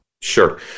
Sure